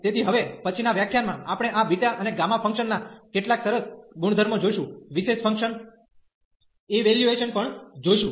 તેથી હવે પછીનાં વ્યાખ્યાનમાં આપણે આ બીટા અને ગામા ફંક્શન ના કેટ્લાક સરસ ગુણધર્મો જોશું વિશેષ ફંકશન ઇવેલ્યુએશન પણ જોશું